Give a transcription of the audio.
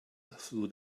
through